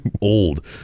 Old